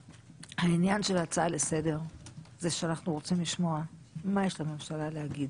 העניין של ההצעה לסדר הוא שאנחנו רוצים לשמוע מה יש לממשלה להגיד.